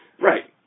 Right